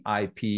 IP